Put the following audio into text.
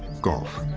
golf.